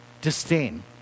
disdain